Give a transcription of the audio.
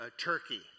Turkey